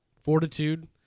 fortitude